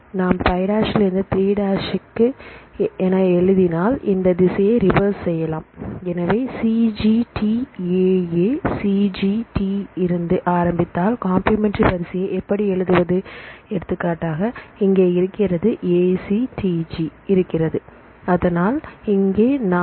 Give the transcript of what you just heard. நாம் 5 ல் இருந்து 3' என எழுதினால் இந்த திசையை ரிவர்ஸ் செய்யலாம் எனவே CGTAACGT இருந்து ஆரம்பித்தாள் கம்பிளிமெண்டரி வரிசையை எப்படி எழுதுவது எடுத்துக்காட்டாக இங்கே இருக்கிறது A C T G இருக்கிறது அதனால் இங்கே நாம் 5